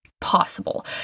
possible